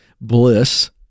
bliss